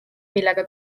millega